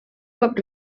cop